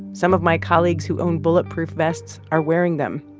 some of my colleagues who own bulletproof vests are wearing them.